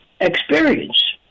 experience